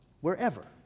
wherever